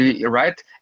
right